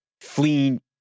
fleeing